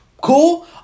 cool